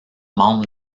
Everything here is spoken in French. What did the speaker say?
membre